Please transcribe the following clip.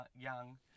young